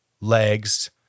legs